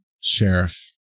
Sheriff